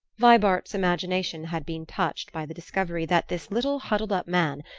vibart's imagination had been touched by the discovery that this little huddled-up man,